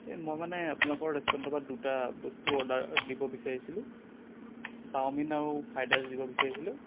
এই মই মানে আপোনালোকৰ ৰেষ্টুৰেণ্টৰ পৰা দুটা বস্তু অৰ্ডাৰ দিব বিচাৰিছিলোঁ চাওমিন আৰু ফ্ৰাইড ৰাইচ দিব বিচাৰিছিলোঁ